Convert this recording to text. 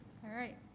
alright.